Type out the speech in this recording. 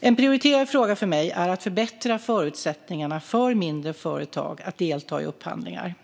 En prioriterad fråga för mig är att förbättra förutsättningarna för mindre företag att delta i upphandlingar.